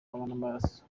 y’amaraso